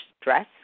stress